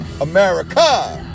America